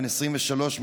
בן 23,